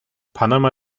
panama